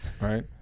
right